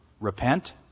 repent